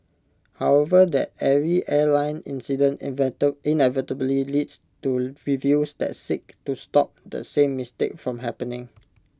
however that every airline incident inevitably leads to reviews that seek to stop the same mistake from happening